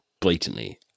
blatantly